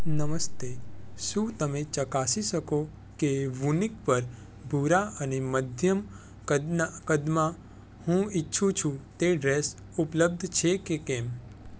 નમસ્તે શું તમે ચકાસી શકો કે વૂનિક પર ભૂરા અને મધ્યમ કદમાં હું ઇચ્છું છું તે ડ્રેસ ઉપલબ્ધ છે કે કેમ